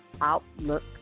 outlook